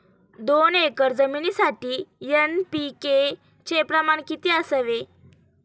दोन एकर जमिनीसाठी एन.पी.के चे प्रमाण किती असावे?